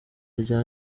rya